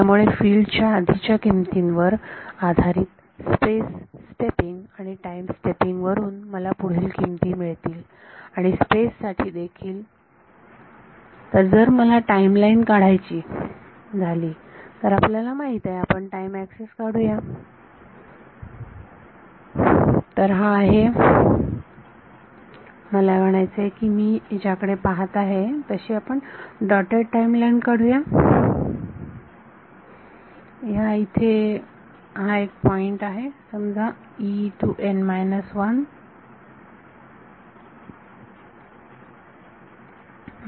त्यामुळे फिल्ड च्या आधीच्या किमतींवर आधारित स्पेस स्टेपिंग आणि टाईम स्टेपिंग वरून मला पुढील किमती मिळतील आणि स्पेस साठी देखील तर जर मला टाईम लाईन काढायची झाली तर आपल्याला माहित आहे आपण टाईम एक्सिस काढूया तर हा आहे मला म्हणायचे आहे मी ज्या कडे पाहत आहे तशी आपण डॉटेड टाईम लाईन काढूया आणि ह्या इथे हा एक पॉईंट समजा आहे